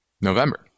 November